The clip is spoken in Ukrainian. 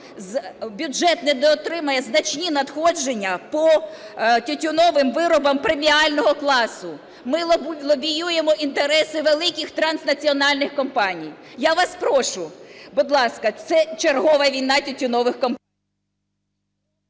бюджет недоотримає значні надходження по тютюновим виробам преміального класу. Ми лобіюємо інтереси великих транснаціональних компаній. Я вас прошу, будь ласка, це чергова війна тютюнових компаній.